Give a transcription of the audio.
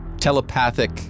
telepathic